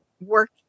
work